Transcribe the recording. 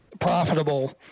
profitable